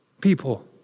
people